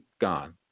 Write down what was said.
gone